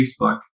Facebook